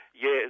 Yes